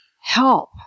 help